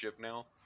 now